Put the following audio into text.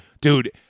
Dude